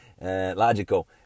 logical